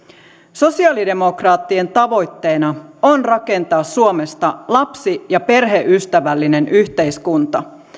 sosialidemokraattien tavoitteena on rakentaa suomesta lapsi ja perheystävällinen yhteiskunta